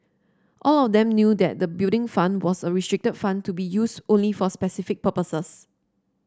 all of them knew that the Building Fund was a restricted fund to be used only for specific purposes